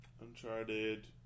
Uncharted